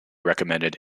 recommended